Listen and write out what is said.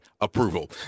approval